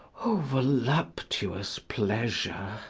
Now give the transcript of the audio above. o voluptuous pleasure!